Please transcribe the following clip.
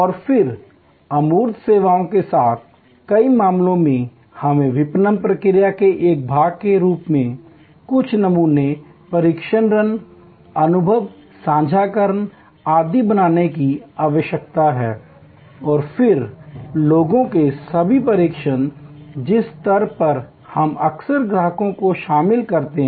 और फिर अमूर्त सेवाओं के साथ कई मामलों में हमें विपणन प्रक्रिया के एक भाग के रूप में कुछ नमूने परीक्षण रन अनुभव साझाकरण आदि बनाने की आवश्यकता है और फिर लोगों के सभी प्रशिक्षण जिस स्तर पर हम अक्सर ग्राहकों को शामिल करते हैं